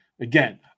Again